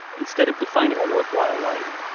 instead of defining a worthwhile life,